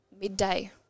midday